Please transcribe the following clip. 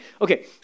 okay